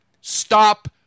Stop